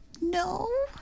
no